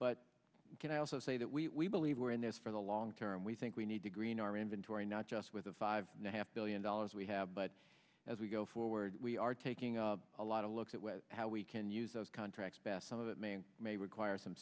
but can i also say that we believe we're in this for the long term we think we need to green our inventory not just with a five and a half billion dollars we have but as we go forward we are taking a lot of look at how we can use those contracts pass some of it may or may require some